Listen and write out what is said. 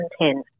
2010